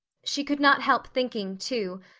she could not help thinking, too,